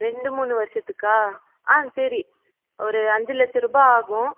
ரெண்டு மூணு வருஷத்துக்கா ஆ சரி ஒரு அஞ்சு லட்சருபா ஆகும்